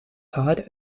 haar